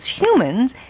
humans